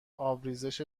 آبریزش